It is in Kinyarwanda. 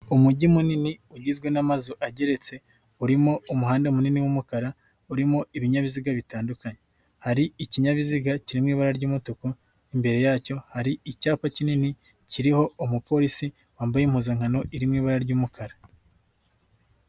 Umujyi munini ugizwe n'amazu ageretse, urimo umuhanda munini w'umukara urimo ibinyabiziga bitandukanye, hari ikinyabiziga kirimo ibara ry'umutuku, imbere yacyo hari icyapa kinini kiriho umupolisi wambaye impuzankano iririmo ibara ry'umukara.